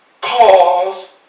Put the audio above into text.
Cause